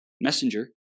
messenger